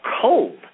cold